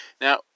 Now